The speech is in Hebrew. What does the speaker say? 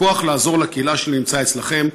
הכוח לעזור לקהילה שלי נמצא אצלכם.